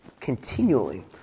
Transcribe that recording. continually